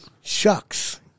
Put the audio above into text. shucks